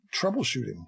troubleshooting